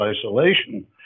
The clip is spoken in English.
isolation